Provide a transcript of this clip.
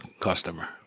customer